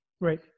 Right